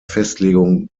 festlegung